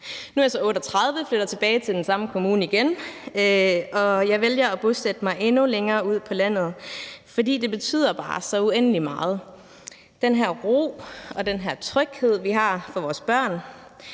Nu er jeg så 38 år og flytter tilbage til den samme kommune igen, og jeg vælger at bosætte mig endnu længere ude på landet, fordi det bare betyder så uendelig meget med den her ro og den her tryghed, vi har for vores børn;